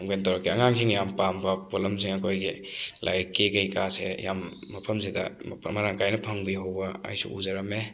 ꯇꯧꯔꯛꯀꯦ ꯑꯉꯥꯡꯁꯤꯡꯅ ꯌꯥꯝꯅ ꯄꯥꯝꯕ ꯄꯣꯠꯂꯝꯁꯤꯡ ꯑꯩꯈꯣꯏꯒꯤ ꯂꯥꯏꯔꯤꯛꯀꯤ ꯀꯩꯀꯥꯁꯦ ꯌꯥꯝ ꯃꯐꯝꯁꯤꯗ ꯃꯔꯥꯡ ꯀꯥꯏꯅ ꯐꯪꯕꯤꯍꯧꯕ ꯑꯩꯁꯨ ꯎꯖꯔꯝꯃꯦ